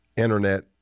internet